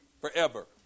Forever